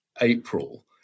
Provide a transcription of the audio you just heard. April